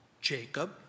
Jacob